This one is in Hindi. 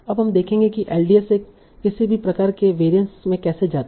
अब हम देखेंगे कि एलडीए से किसी भी प्रकार के वरिअंस में कैसे जाते हैं